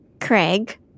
Craig